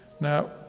Now